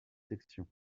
sections